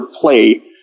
play